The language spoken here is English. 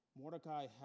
Mordecai